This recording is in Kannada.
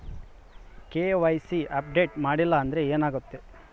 ಕೆ.ವೈ.ಸಿ ಅಪ್ಡೇಟ್ ಮಾಡಿಲ್ಲ ಅಂದ್ರೆ ಏನಾಗುತ್ತೆ?